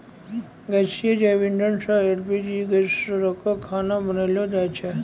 गैसीय जैव इंधन सँ एल.पी.जी गैस रंका खाना बनैलो जाय छै?